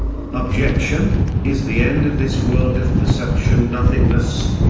objection is the end of this world of perception nothingness?